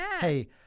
hey